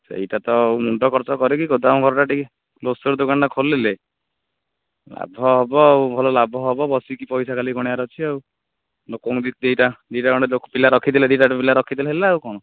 ସେଇଟା ତ ମୁଣ୍ଡ ଖର୍ଚ୍ଚ କରି ଗୋଦାମ ଘରଟା ଟିକେ ଗ୍ରସରୀ ଦୋକାନଟେ ଖୋଲିଲେ ଲାଭ ହେବ ଆଉ ଭଲ ଲାଭ ହେବ ବସିକି ପଇସା ଖାଲି ଗଣିବାର ଅଛି ଲୋକ ହେଉଛନ୍ତି ଦୁଇଟା ଦୁଇଟା ପିଲା ରଖିଦେଲେ ଦୁଇ ଚାରିଟା ପିଲା ରଖିଦେଲେ ହେଲା ଆଉ କ'ଣ